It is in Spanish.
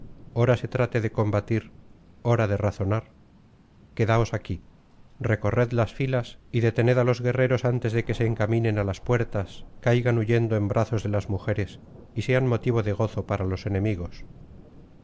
ora se trate de combatir ora de razonar quedaos aquí recorred las filas y detened á los guerreros antes que se encaminen á las puertas caigan huyendo en brazos de las mujeres y sean motivo de gozo para los enemigos